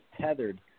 tethered